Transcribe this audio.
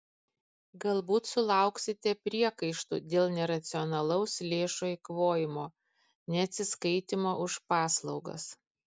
galbūt sulauksite priekaištų dėl neracionalaus lėšų eikvojimo neatsiskaitymo už paslaugas